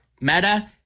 Meta